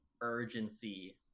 urgency